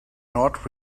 not